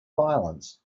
violence